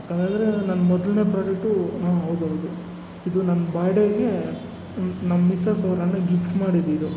ಯಾಕಂದ್ರಂದ್ರೆ ನನ್ನ ಮೊದಲನೇ ಪ್ರಾಡೆಟ್ಟು ಹಾಂ ಹೌದ್ ಹೌದು ಇದು ನನ್ನ ಬಾರ್ಡೇಗೆ ನನ್ನ ಮಿಸ್ಸಸ್ಸು ನನಿಗೆ ಗಿಫ್ಟ್ ಮಾಡಿದ್ದಿದು